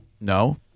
No